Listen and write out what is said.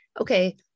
okay